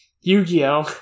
Yu-Gi-Oh